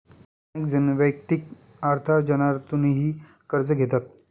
अनेक जण वैयक्तिक अर्थार्जनातूनही कर्ज घेतात